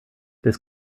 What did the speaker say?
this